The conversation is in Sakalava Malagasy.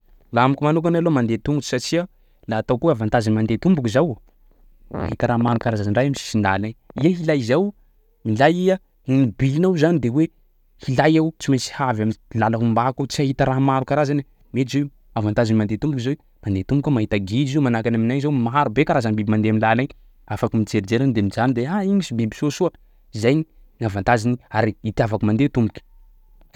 Laha amiko manokany aloha mandeha tongotry satsia laha ataoko hoo avantagen'ny mandeha tomboky zao mahita raha maro karazana ndray am'sisin-dàla igny, iha hilay zao milay iha ny but-nao zany de hoe hilay aho tsy maintsy havy am'làlako ombako aho, tsy ahita raha maro karazany, mety zao avantagen'ny mandeha tomboky zao mandeha tomboky zao mandeha tomboky aho mahita gidro manahaky ny aminay agny zao marobe karazany biby mandeha am'làla igny afaky mijerijery de mijano de ah! iny misy biby soasoa, zany ny avantageny ary itiavako mandeha tomboky.